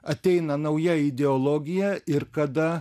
ateina nauja ideologija ir kada